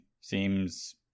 seems